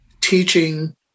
teaching